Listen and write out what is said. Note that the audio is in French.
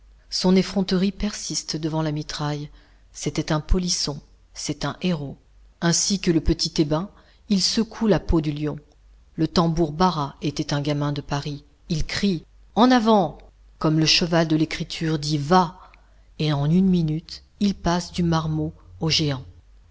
son effronterie persiste devant la mitraille c'était un polisson c'est un héros ainsi que le petit thébain il secoue la peau du lion le tambour bara était un gamin de paris il crie en avant comme le cheval de l'écriture dit vah et en une minute il passe du marmot au géant